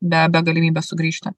be be galimybės sugrįžti